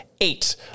eight